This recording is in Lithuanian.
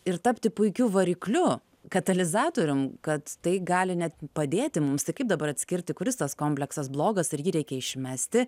ir tapti puikiu varikliu katalizatorium kad tai gali net padėti mums tai kaip dabar atskirti kuris tas kompleksas blogas ir jį reikia išmesti